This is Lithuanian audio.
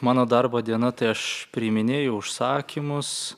mano darbo diena tai aš priiminėju užsakymus